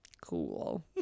cool